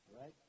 right